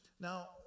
now